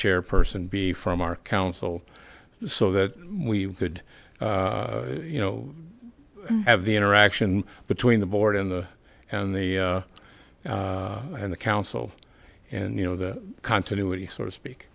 chairperson be from our council so that we could you know have the interaction between the board and the and the and the council and you know the continuity so to speak